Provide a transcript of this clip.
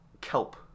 kelp